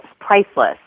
priceless